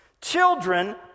children